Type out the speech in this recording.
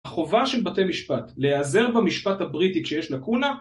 החובה של בתי משפט, להיעזר במשפט הבריטי כשיש לקונה